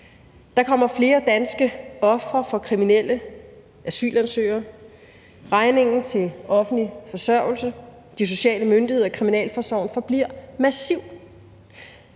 Der kommer flere danske ofre for kriminelle asylansøgere, og regningen til offentlig forsørgelse, de sociale myndigheder og kriminalforsorgen forbliver massiv.